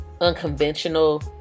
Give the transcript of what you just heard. unconventional